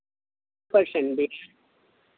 percent